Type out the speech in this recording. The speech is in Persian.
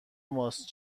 ماست